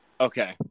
Okay